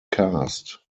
cast